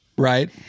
Right